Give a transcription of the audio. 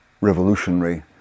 revolutionary